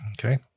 Okay